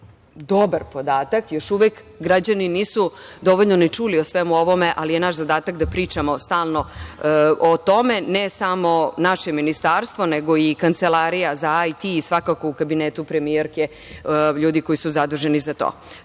dobar podatak. Još uvek građani nisu dovoljno ni čuli o svemu ovome ali je naš zadatak da pričamo stalno o tome. Ne samo naše ministarstvo, nego i kancelarija za IT i svakako u kabinetu premijerke ljudi koji su zaduženi za to.